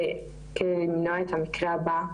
וכדי למנוע את המקרה הבא,